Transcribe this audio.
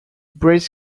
brass